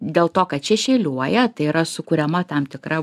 dėl to kad šešėliuoja tai yra sukuriama tam tikra